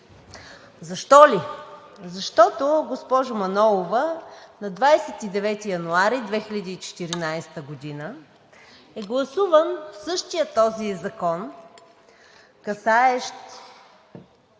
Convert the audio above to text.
Защо ли? Защото, госпожо Манолова, на 29 януари 2014 г. е гласуван същия този закон, касаещ